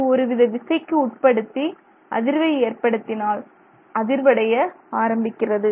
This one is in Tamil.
இது ஒருவித விசைக்கு உட்படுத்தி அதிர்வை ஏற்படுத்தினால் அதிர்வடைய ஆரம்பிக்கிறது